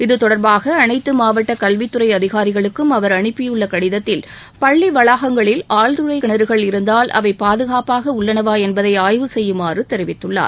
இது தொடர்பாக அனைத்து மாவட்ட கல்வித்துறை அதிகாரிகளுக்கும் அவர் அனுப்பியுள்ள கடிதத்தில் பள்ளி வளாகங்களில் ஆழ்துளை கிணறுகள் இருந்தால் அவை பாதுகாப்பாக உள்ளனவா என்பதை ஆய்வு செய்யுமாறு தெரிவித்துள்ளார்